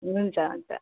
हुन्छ अन्त